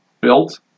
built